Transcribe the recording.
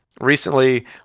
recently